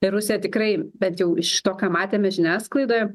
rusija tikrai bent jau iš to ką matėme žiniasklaidoje